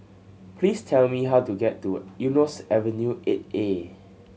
please tell me how to get to Eunos Avenue Eight A